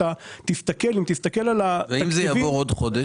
ואם זה יעבור בעוד חודש?